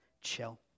chill